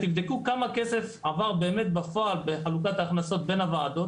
תבדקו כמה כסף עבר באמת בפועל בחלוקת ההכנסות בין הוועדות.